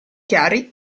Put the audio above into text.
chiari